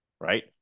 right